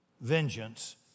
vengeance